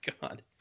God